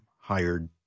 hired